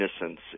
innocence